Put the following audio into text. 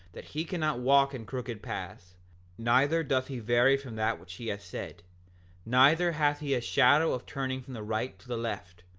that he cannot walk in crooked paths neither doth he vary from that which he hath said neither hath he a shadow of turning from the right to the left,